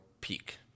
peak